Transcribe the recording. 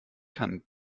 kann